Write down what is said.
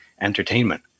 entertainment